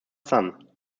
son